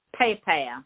PayPal